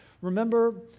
Remember